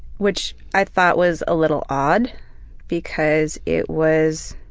which i thought was a little odd because it was